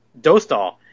Dostal